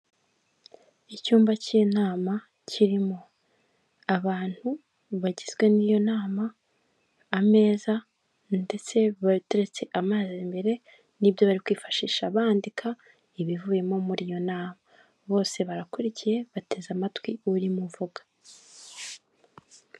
Icyumba cy'inama kirimo abantu bagizwe n'iyo nama ameza ndetse bateretse amazi imbere n'ibyo bari kwifashisha bandika ibivuyemo muri iyo nama bose barakurikiye bateze amatwi urimo avuga .